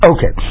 Okay